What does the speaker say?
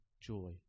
joy